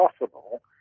possible